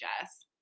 Jess